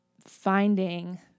finding